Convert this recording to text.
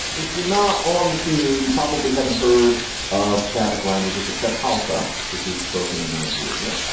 if you're not on the scene, you probably haven't heard of chaddock languages except houseor which is spoken in nigeria.